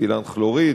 מתילן כלוריד,